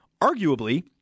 arguably